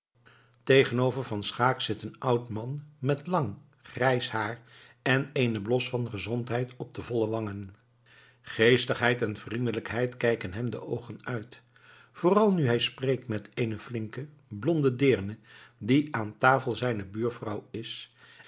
tegenover van schaeck zit een oud man met lang grijs haar en eenen blos van gezondheid op de volle wangen geestigheid en vriendelijkheid kijken hem de oogen uit vooral nu hij spreekt met eene flinke blonde deerne die aan tafel zijne buurvrouw is